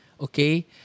okay